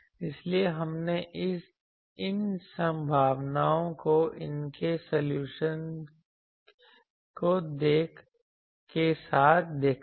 इसलिए हमने इन संभावनाओं को उनके सॉल्यूशन के साथ देखा है